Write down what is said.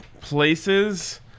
places